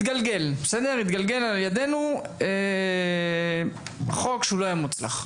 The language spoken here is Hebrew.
התגלגל על ידינו חוק שלא היה מוצלח.